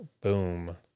Boom